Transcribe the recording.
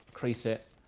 crease it,